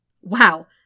Wow